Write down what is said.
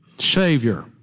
Savior